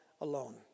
alone